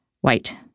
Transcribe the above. white